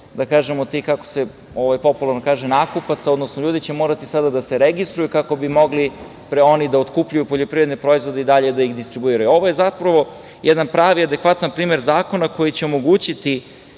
evidencije, kako se popularno kaže, nakupaca, odnosno ljudi će morati sada da se registruju kako bi mogli da oni otkupljuju poljoprivredne proizvode i dalje da ih distribuiraju. Ovo je zapravo jedan pravi adekvatan primer zakona koji će omogućiti